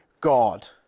God